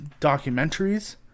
documentaries